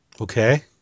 Okay